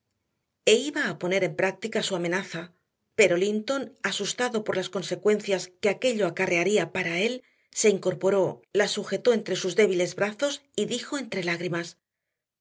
salir e iba a poner en práctica su amenaza pero linton asustado por las consecuencias que ello acarrearía para él se incorporó la sujetó entre sus débiles brazos y dijo entre lágrimas